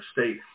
state